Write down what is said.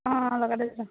অঁ লগতে যাম